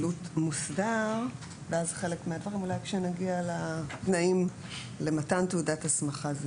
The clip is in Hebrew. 4,"; אולי כשנגיע לתנאים למתן תעודת הסמכה זה